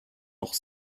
noch